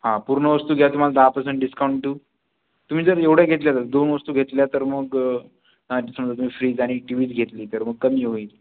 हां पूर्ण वस्तू घ्या तुम्हाला दहा पर्सेंट डिस्काऊंट देऊ तुम्ही जर एवढ्या घेतल्या जर दोन वस्तू घेतल्या तर मग आणि समजा तुम्ही फ्रीज आणि टी वीच घेतली तर मग कमी होईल